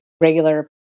regular